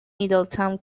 middletown